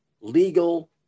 legal